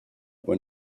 when